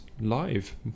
live